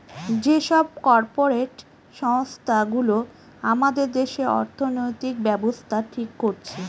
যে সব কর্পরেট সংস্থা গুলো আমাদের দেশে অর্থনৈতিক ব্যাবস্থা ঠিক করছে